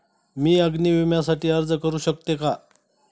मी अग्नी विम्यासाठी अर्ज करू शकते का?